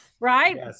Right